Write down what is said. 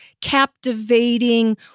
captivating